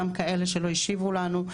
גם כאלה שלא השיבו לנו,